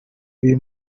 biri